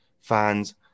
fans